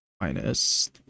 minus